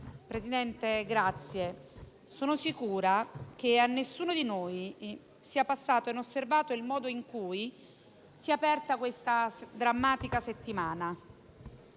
Presidente, sono sicura che a nessuno di noi sia passato inosservato il modo in cui si è aperta questa drammatica settimana: